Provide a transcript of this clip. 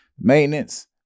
maintenance